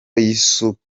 yisuka